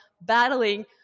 battling